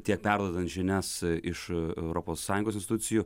tiek perduodant žinias iš europos sąjungos institucijų